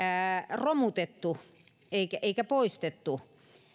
romutettu eikä eikä poistettu